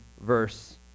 verse